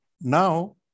Now